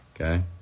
Okay